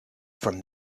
from